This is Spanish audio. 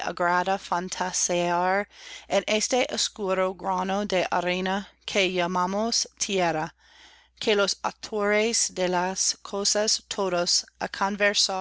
arena que llamamos tierra que los autores de las cosas todas